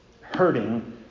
hurting